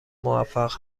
موفق